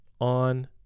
on